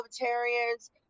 libertarians